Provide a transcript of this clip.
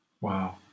wow